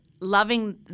loving